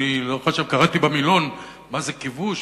קראתי במילון מה זה "כיבוש",